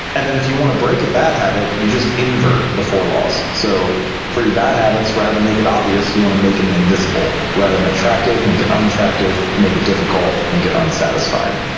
and then if you want to break a bad habit, you just invert the four laws. so for your bad habits, rather than make it obvious, you want to make them invisible, rather than attractive, make it unattractive, make it difficult, make it unsatisfying.